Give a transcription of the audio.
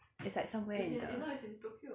it's like somewhere in the